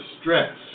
stress